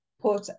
put